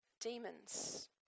demons